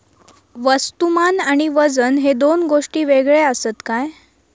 वस्तुमान आणि वजन हे दोन गोष्टी वेगळे आसत काय?